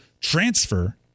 transfer